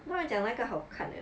他们讲那个好看 leh